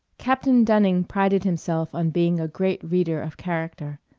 captain dunning prided himself on being a great reader of character.